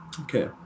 Okay